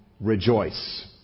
rejoice